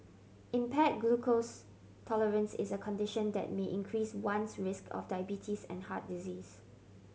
impaired glucose tolerance is a condition that may increase one's risk of diabetes and heart disease